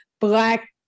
black